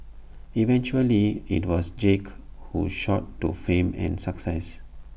eventually IT was Jake who shot to fame and success